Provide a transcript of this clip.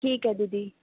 ਠੀਕ ਹੈ ਦੀਦੀ